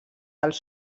els